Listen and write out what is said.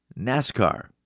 NASCAR